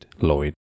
Lloyd